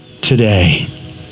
today